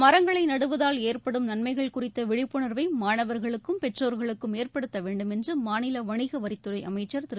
மரங்களை நடுவதால் ஏற்படும் நன்மைகள் குறித்த விழிப்புணர்வை மாணவர்களுக்கும் பெற்றோ்களுக்கும் ஏற்படுத்த வேண்டுமென்று மாநில வணிகவரித்துறை அமைச்ச் திரு